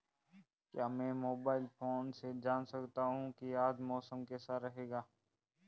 क्या मैं mobile phone से जान सकता हूँ कि आज मौसम कैसा रहेगा?